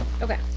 Okay